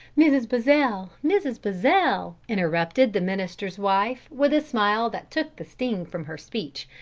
mrs. buzzell, mrs. buzzell! interrupted the minister's wife, with a smile that took the sting from her speech.